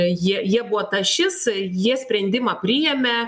jie jie buvo ta ašis jie sprendimą priėmė